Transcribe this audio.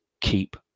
keep